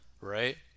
right